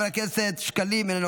חברת הכנסת תומא סלימאן,